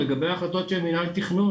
לגבי ההחלטות של מנהל התכנון,